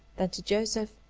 then to joseph,